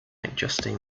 adjusting